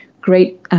great